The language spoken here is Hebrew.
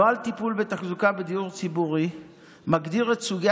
נוהל טיפול בתחזוקה בדיור ציבורי מגדיר את סוגי